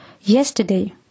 Yesterday